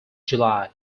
july